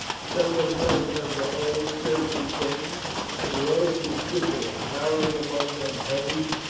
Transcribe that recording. some one muttered of that old serpent satan and royston stood there, towering above them heavy